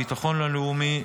הביטחון הלאומי,